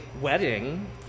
wedding